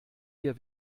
wir